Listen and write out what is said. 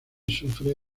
sufre